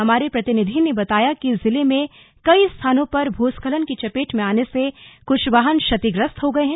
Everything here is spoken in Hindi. हमारे प्रतिनिधि ने बताया है कि जिले में कई स्थानों पर भूस्खलन की चपेट में आने से कृछ वाहन क्षतिग्रस्त हो गई हैं